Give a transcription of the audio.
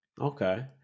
Okay